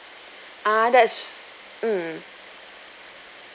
uh that's mm